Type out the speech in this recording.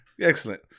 Excellent